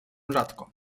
rzadko